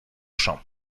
chant